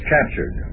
Captured